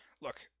Look